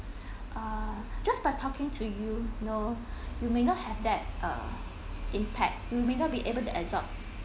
uh just by talking to you know you may have that uh impact you may not be able to absorb